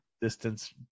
Distance